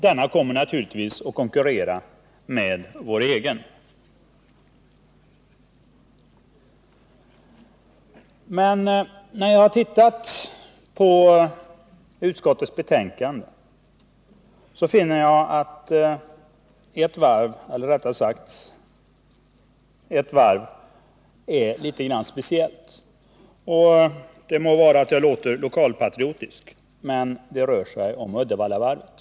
Denna kommer naturligtvis att konkurrera med vår skeppsbyggnadsindustri. När jag tog del av utskottets betänkande fann jag att ett varv är litet speciellt. Det må vara att jag låter lokalpatriotisk, men det rör sig om Uddevallavarvet.